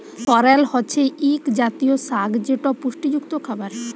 সরেল হছে ইক জাতীয় সাগ যেট পুষ্টিযুক্ত খাবার